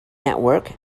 network